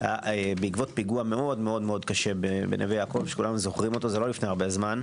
בעקבות פיגוע מאוד-מאוד קשה בנווה יעקב לא לפני הרבה זמן,